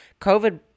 covid